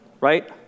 right